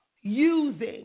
using